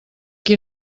qui